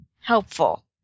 helpful